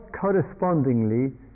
correspondingly